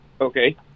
Okay